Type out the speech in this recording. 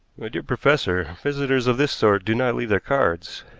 my dear professor, visitors of this sort do not leave their cards.